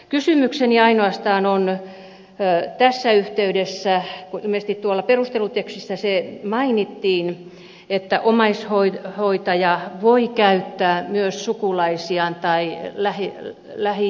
kysymykseni on tässä yhteydessä ainoastaan se ilmeisesti tuolla perustelutekstissä se mainittiin että omaishoitaja voi käyttää myös sukulaisiaan tai lähi ihmisiään sijaishoitajana